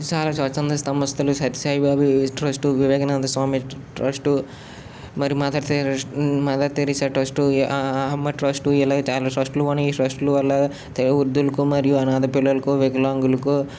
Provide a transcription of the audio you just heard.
చాలా స్వచ్చంధ సంస్థలు Sathya Sai Baba trust Vivekananda Swami trust మరి మదర్ తెరి మదర్ థెరిస్సా ట్రస్టు ఆమె ట్రస్టు ఇలా చాలా ట్రస్టులు అనే ట్రస్టులు వల్ల వృద్దులకు మరియు అనాధ పిల్లలకు వికలాంగులకు